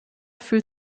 fühlt